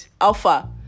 alpha